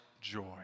joy